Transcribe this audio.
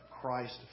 Christ